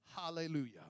Hallelujah